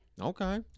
Okay